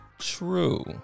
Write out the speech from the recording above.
True